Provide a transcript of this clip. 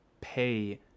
pay